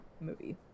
movie